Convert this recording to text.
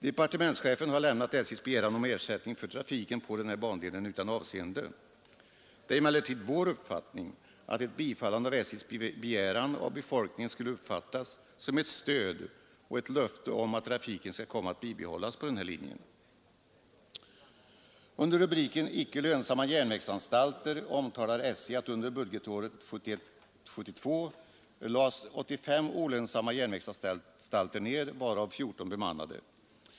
Departementschefen har lämnat SJ:s begäran om ersättning för trafiken på den här bandelen utan avseende. Det är emellertid vår uppfattning att ett bifall till SJ:s begäran av befolkningen skulle uppfattas som ett stöd och ett löfte om att trafiken skall komma att bibehållas på linjen. Under rubriken Icke lönsamma järnvägsanstalter omtalar SJ att under budgetåret 1971/72 lades 85 olönsamma järnvägsanstalter ned, av vilka 14 var bemannade.